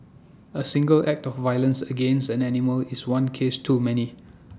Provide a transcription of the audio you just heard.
A single act of violence against an animal is one case too many